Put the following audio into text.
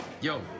Yo